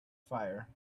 fire